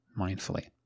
mindfully